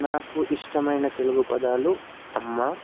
నాకు ఇష్టమైన తెలుగు పదాలు అమ్మ